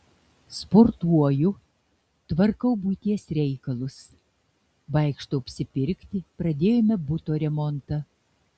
sportuoju tvarkau buities reikalus vaikštau apsipirkti pradėjome buto remontą